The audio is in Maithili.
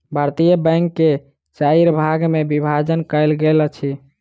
भारतीय बैंक के चाइर भाग मे विभाजन कयल गेल अछि